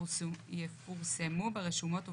יפורסמו ברשומות ובעיתון.